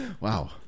Wow